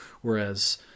Whereas